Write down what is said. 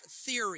theory